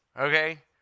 okay